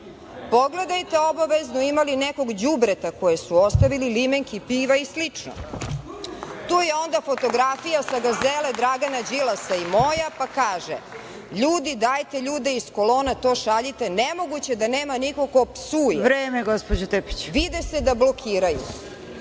pogledajte obavezno imali nekog đubreta koje su ostavili limenke piva i slično, tu je onda fotografija sa Gazele Dragana Đilasa i moja, pa kaže – ljudi dajte ljude iz kolona to šaljite nemoguće da nema nikog ko psuje, vide se da blokiraju.